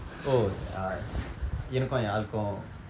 oh uh எனக்கும் என் ஆளுக்கும்:enakkum en aalukkum